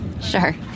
Sure